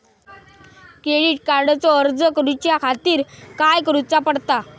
Credit कार्डचो अर्ज करुच्या खातीर काय करूचा पडता?